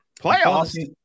playoffs